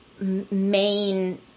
main